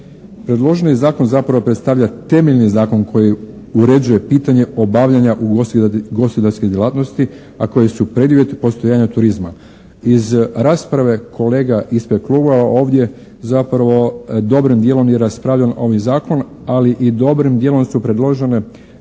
Predloži zakon zapravo predstavlja temeljni zakon koji uređuje pitanje obavljanja ugostiteljske djelatnosti, a koje su preduvjet postojanja turizma. Iz rasprave kolega ispred klubova ovdje zapravo dobrim dijelom je raspravljan ovaj zakon, ali i dobrim dijelom su predložene